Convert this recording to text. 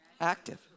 Active